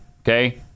Okay